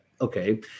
Okay